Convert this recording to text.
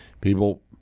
People